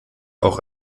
auch